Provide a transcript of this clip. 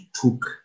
took